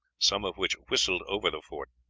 some of which whistled over the fort.